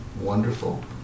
Wonderful